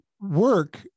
work